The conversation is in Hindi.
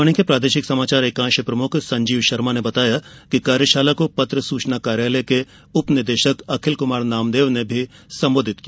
आकाशवाणी के प्रादेशिक समाचार एकांश प्रमुख संजीव शर्मा ने बताया कि कार्यशाला को पत्र सूचना कार्यालय के उपनिदेशक अखिल कुमार नामदेव ने भी संबोधित किया